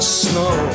snow